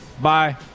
Bye